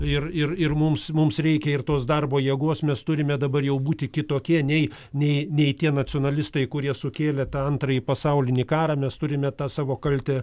ir ir ir mums mums reikia ir tos darbo jėgos mes turime dabar jau būti kitokie nei nei nei tie nacionalistai kurie sukėlė tą antrąjį pasaulinį karą mes turime tą savo kaltę